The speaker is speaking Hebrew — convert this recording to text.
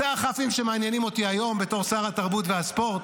זה הכ"פים שמעניינים אותי היום בתור שר התרבות והספורט.